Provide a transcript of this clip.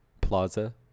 Plaza